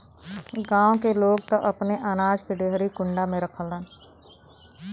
गांव के लोग त अपने अनाज के डेहरी कुंडा में रखलन